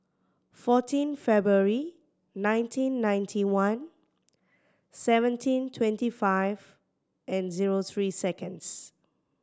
fourteen February nineteen ninety one seventeen twenty five and zero three seconds